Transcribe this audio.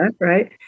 Right